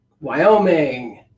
Wyoming